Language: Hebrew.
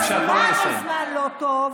הזמן הוא זמן לא טוב.